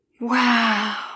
Wow